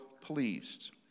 pleased